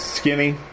Skinny